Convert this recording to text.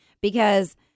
Because-